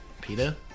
Peta